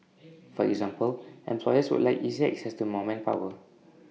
for example employers would like easier access to more manpower